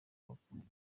akaboko